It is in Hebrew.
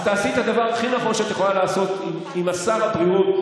אז תעשי את הדבר הכי נכון שאת יכולה לעשות עם שר הבריאות,